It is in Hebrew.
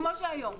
כמו שהיום.